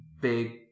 big